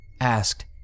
asked